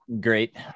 Great